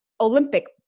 Olympic